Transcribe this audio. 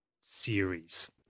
series